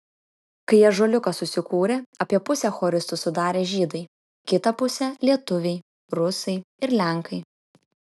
kai ąžuoliukas susikūrė apie pusę choristų sudarė žydai kitą pusę lietuviai rusai ir lenkai